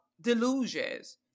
delusions